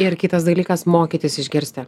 ir kitas dalykas mokytis išgirsti